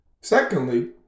Secondly